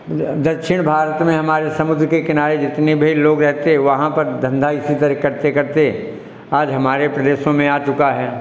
दक्षिण भारत में हमारे समुद्र के किनारे जितने भी लोग रहते है वहां पर धंधा इसी तरह करते करते आज हमारे प्रदेशों में आ चुका है